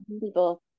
people